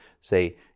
say